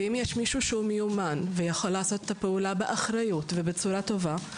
ואם יש מישהו שמיומן ויכול לעשות את הפעולה באחריות ובצורה טובה,